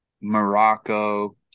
Morocco